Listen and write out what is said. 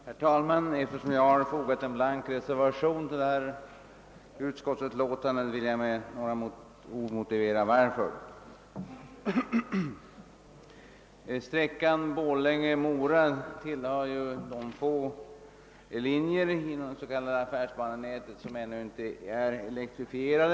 Herr talman! Till förevarande utskottsutlåtande har jag fogat en blank reservation, och jag vill nu med några ord motivera varför. Sträckan Borlänge-—Mora är en av de få järnvägslinjer i det s.k. affärsbanenätet som ännu inte har blivit elektrifierad.